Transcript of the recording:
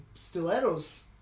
stilettos